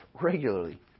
regularly